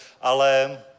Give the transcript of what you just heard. ale